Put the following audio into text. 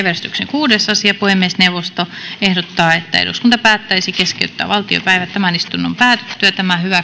kuudes asia puhemiesneuvosto ehdottaa että eduskunta päättäisi keskeyttää valtiopäivät tämän istunnon päätyttyä